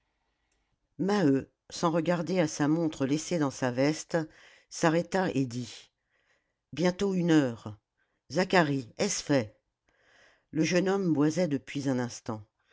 maheu sans regarder à sa montre laissée dans sa veste s'arrêta et dit bientôt une heure zacharie est-ce fait le jeune homme boisait depuis un instant